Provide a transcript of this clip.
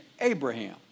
Abraham